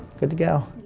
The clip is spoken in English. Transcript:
good to go.